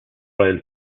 royal